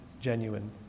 genuine